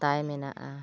ᱛᱟᱭ ᱢᱮᱱᱟᱜᱼᱟ